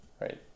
right